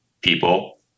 people